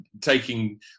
taking